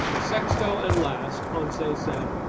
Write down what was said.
sexto and last, conseil said,